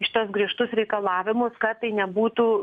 šituos griežtus reikalavimus kad tai nebūtų